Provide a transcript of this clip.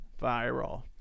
viral